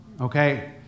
Okay